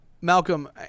Malcolm